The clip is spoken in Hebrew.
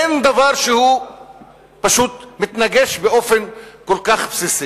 אין דבר שפשוט מתנגש באופן כל כך בסיסי.